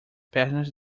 pernas